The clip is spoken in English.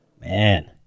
Man